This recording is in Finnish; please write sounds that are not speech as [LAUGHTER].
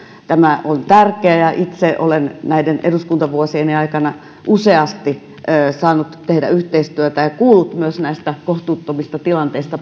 tämä on tärkeä ja itse olen näiden eduskuntavuosieni aikana useasti saanut tehdä yhteistyötä ja myös kuullut paljon esimerkkejä näistä kohtuuttomista tilanteista [UNINTELLIGIBLE]